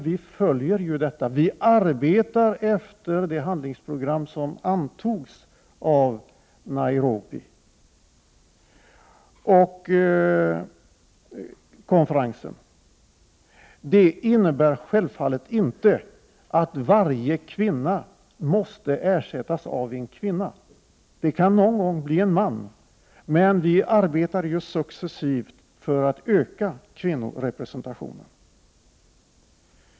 Vi arbetar efter det handlingsprogram som antogs av Nairobikonferensen. Det innebär självfallet inte att varje kvinna måste ersättas av en kvinna. Det kan någon gång bli en man. Men vi arbetar successivt för att öka kvinnorepresentationen.